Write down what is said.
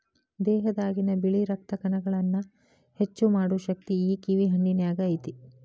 ದೇಹದಾಗಿನ ಬಿಳಿ ರಕ್ತ ಕಣಗಳನ್ನಾ ಹೆಚ್ಚು ಮಾಡು ಶಕ್ತಿ ಈ ಕಿವಿ ಹಣ್ಣಿನ್ಯಾಗ ಐತಿ